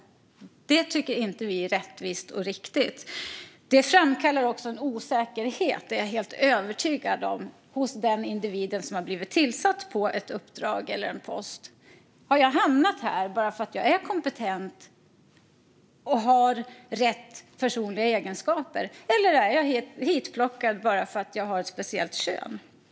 Det tycker inte vi är rättvist och riktigt. Det framkallar också en osäkerhet, är jag helt övertygad om, hos den individ som har blivit tillsatt på ett uppdrag eller en post: Har jag hamnat här för att jag är kompetent och har rätt personliga egenskaper, eller är jag hitplockad bara för att jag har ett visst kön?